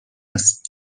است